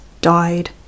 died